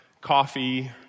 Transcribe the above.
coffee